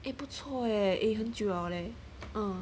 eh 不错 leh eh 很久了 leh